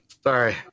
Sorry